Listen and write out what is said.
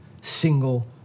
single